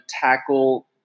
tackle